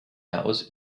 hours